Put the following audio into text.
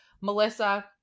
Melissa